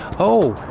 oh,